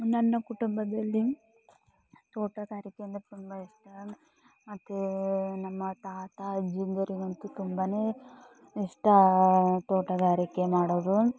ನನ್ನ ಕುಟುಂಬದಲ್ಲಿ ತೋಟಗಾರಿಕೆ ಅಂದರೆ ತುಂಬ ಇಷ್ಟ ಮತ್ತು ನಮ್ಮ ತಾತ ಅಜ್ಜಂದಿರಿಗಂತೂ ಮತ್ತು ತುಂಬನೇ ಇಷ್ಟ ತೋಟಗಾರಿಕೆ ಮಾಡೋದು